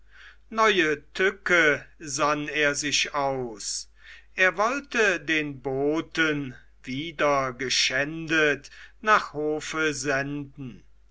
neue tücke sann er sich aus er wollte den boten wieder geschändet nach hofe senden